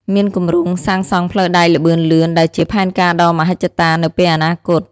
មានគម្រោងសាងសង់ផ្លូវដែកល្បឿនលឿនដែលជាផែនការដ៏មហិច្ឆតានៅពេលអនាគត។